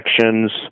sections